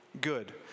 Good